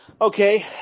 Okay